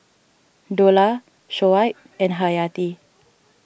Dollah Shoaib and Hayati